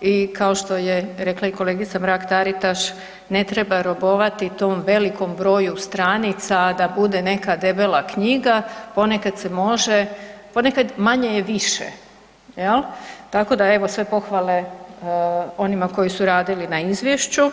i kao što je rekla i kolegica Mrak-Taritaš, ne treba robovati tom velikom broju stranica da bude neka debela knjiga, ponekad se može, ponekad manje je više, jel, tako da evo, sve pohvale onima koji su radili na izvješću.